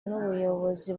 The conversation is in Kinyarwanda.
n’ubuyobozi